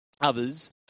others